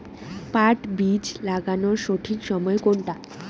পাট বীজ লাগানোর সঠিক সময় কোনটা?